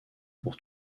pour